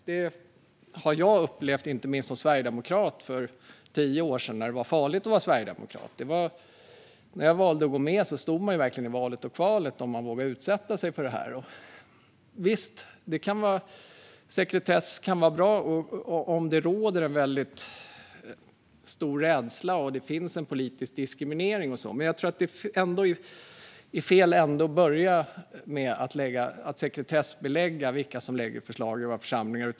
Det har jag upplevt inte minst som sverigedemokrat för tio år sedan, när det var farligt att vara sverigedemokrat. När jag valde att gå med i partiet stod jag verkligen i valet och kvalet om jag skulle våga utsätta mig för faran. Visst, sekretess kan vara bra om det råder en väldigt stor rädsla och det finns en politisk diskriminering. Men jag tror ändå att det är att börja i fel ände att sekretessbelägga vilka som lägger fram förslag i våra församlingar.